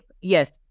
Yes